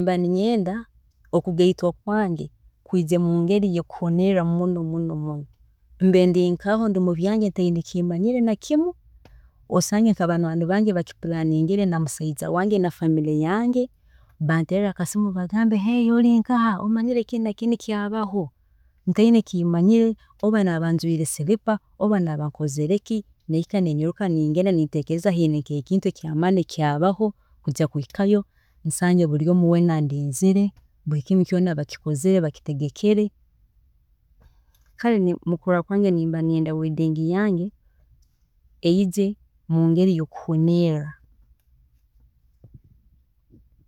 Nimba ninyenda okugaitwa kwange kwije mungeri yokuhuniirra muno muno,, mbe ndi nkaaho mumirimo yange ntaine eki manyire nakimu, osange nka banywaani bange bakipulaningire na musaija wange na family yange banterre akasimu bangambe ori nkaha, omanyire kinu ekintu ekyabaho, ntaine eki manyire oba naaba njwiire siripa oba naaba nkozireki, ninyiruka ningenda kujya kurola ekintu ekyabaho, kwija kuhikayo nsange buri omu weena andiinzire, buri kintu kyoona bakikozire, bakitegekere, kare ninyenda wedding yange eyjre mungeri eyokuhuniira